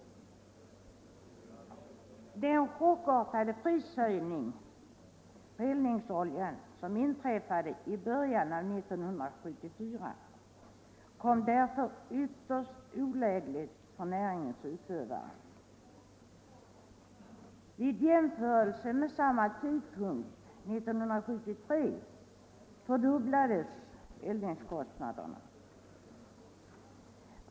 Den chockartade prishöjning på eldningsolja som inträffade i början av 1974 kom därför ytterst olägligt för näringens utövare. I jämförelse med förhållandena vid samma tidpunkt 1973 fördubblades oljekostnaderna.